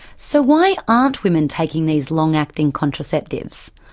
so why aren't women taking these long acting contraceptives?